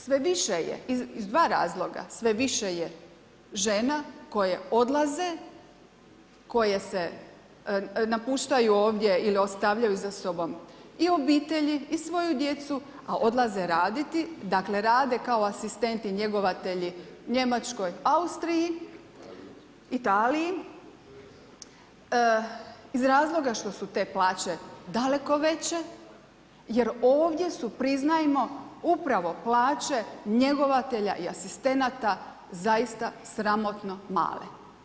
Sve više je, iz dva razloga, sve više žena koje odlaze, koje se, napuštaju ovdje ili ostavljaju za sobom i obitelji i svoju djecu, a odlaze raditi dakle, rade kao asistenti, njegovatelji u Njemačkoj, Austriji, Italiji iz razloga što su te plaće daleko veće jer ovdje su priznajmo, upravo plaće njegovatelja i asistenata zaista sramotno male.